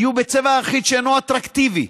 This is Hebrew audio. יהיו בצבע אחיד שאינו אטרקטיבי,